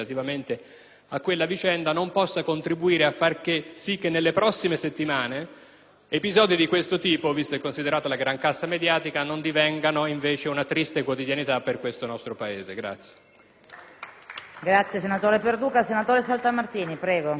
a quella vicenda possa contribuire a far sì che nelle prossime settimane episodi di questo tipo, vista e considerata la grancassa mediatica, divengano una triste quotidianità per questo nostro Paese.